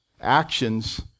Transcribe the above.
actions